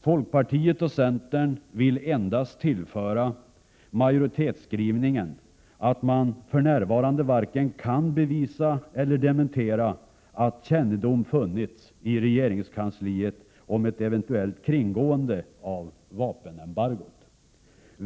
Folkpartiet och centern vill endast tillföra majoritetsskrivningen att man för närvarande varken kan bevisa eller dementera att kännedom funnits i regeringskansliet om ett eventuellt kringgående av vapenembargot.